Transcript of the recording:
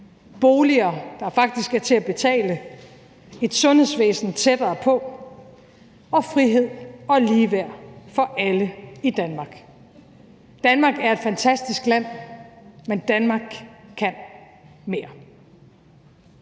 boliger, der faktisk er til at betale, et sundhedsvæsen tættere på og frihed og ligeværd for alle i Danmark. Danmark er et fantastisk land, men Danmark kan mere.